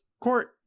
court